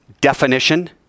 definition